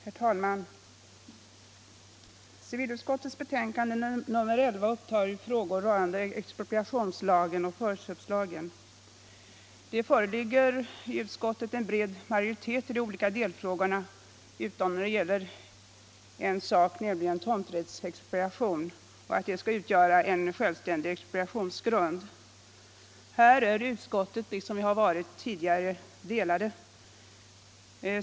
Herr talman! Civilutskottets betänkande nr 11 upptar frågor rörande expropriationslagen och förköpslagen. Det föreligger i utskottet en bred majoritet i de olika delfrågorna utom när det gäller att tomträttsexpropriation skall utgöra självständig expropriationsgrund. Här är utskottet delat, liksom tidigare.